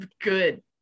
good